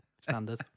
standard